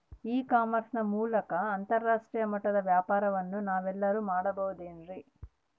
E commerce ನ ಮೂಲಕ ಅಂತರಾಷ್ಟ್ರೇಯ ಮಟ್ಟದ ವ್ಯಾಪಾರವನ್ನು ನಾವೆಲ್ಲರೂ ಮಾಡುವುದೆಂದರೆ?